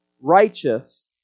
righteous